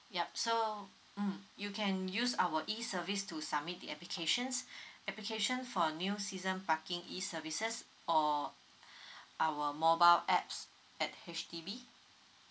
yup so mm you can use our e service to submit the applications application for a new season parking e services or our mobile apps at H_D_B